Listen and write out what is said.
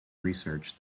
research